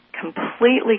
completely